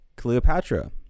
Cleopatra